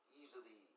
easily